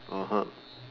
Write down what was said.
(uh huh)